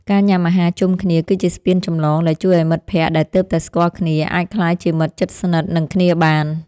ការញ៉ាំអាហារជុំគ្នាគឺជាស្ពានចម្លងដែលជួយឱ្យមិត្តភក្តិដែលទើបតែស្គាល់គ្នាអាចក្លាយជាមិត្តជិតស្និទ្ធនឹងគ្នាបាន។